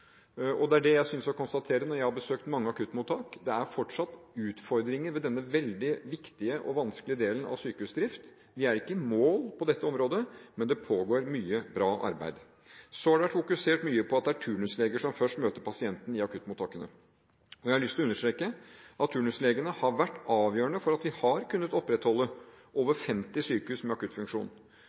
Det er det jeg synes å konstatere når jeg har besøkt mange akuttmottak. Det er fortsatt utfordringer ved denne veldig viktige og vanskelige delen av sykehusdrift. Vi er ikke i mål på dette området, men det pågår mye bra arbeid. Så har det vært fokusert mye på at det er turnusleger som først møter pasienten i akuttmottakene. Jeg har lyst til å understreke at turnuslegene har vært avgjørende for at vi har kunnet opprettholde over 50 sykehus med akuttfunksjon.